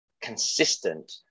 consistent